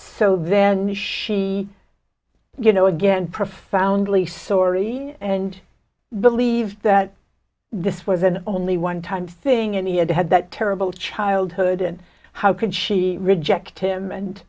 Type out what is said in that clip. so then she you know again profoundly sorry and believe that this was an only one time thing and he had had that terrible childhood and how could she reject him and